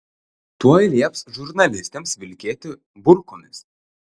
tuoj lieps žurnalistėms vilkėti burkomis